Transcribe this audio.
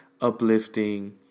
uplifting